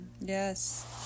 Yes